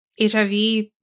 hiv